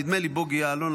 נדמה לי בוגי יעלון,